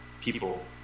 people